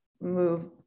move